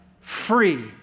free